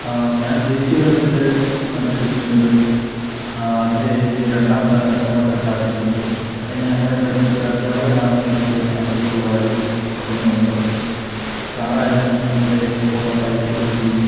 ഞാൻ ദേശീയ തലത്തില് മത്സരിച്ചിട്ടുണ്ട് അതില് എനിക്ക് രണ്ടാം സ്ഥാനം കരസ്ഥമാക്കാൻ സാധിച്ചിട്ടുണ്ട് ഞങ്ങളെ പഠിപ്പിച്ചോരാധ്യാപകനാണ് എനിക്ക് അതിലേക്കുള്ള വഴി തുറന്ന് തന്നത് സാറായിരുന്നു എൻ്റെ ഫോട്ടോസയച്ച് കൊടുക്കുകയും